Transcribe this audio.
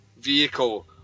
vehicle